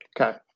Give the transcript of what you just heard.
Okay